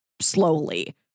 slowly